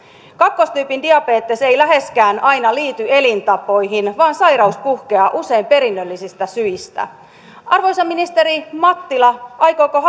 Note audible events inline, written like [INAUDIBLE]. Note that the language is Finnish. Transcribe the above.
kakkostyypin diabetes ei läheskään aina liity elintapoihin vaan sairaus puhkeaa usein perinnöllisistä syistä arvoisa ministeri mattila aikooko [UNINTELLIGIBLE]